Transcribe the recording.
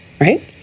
right